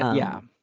yeah.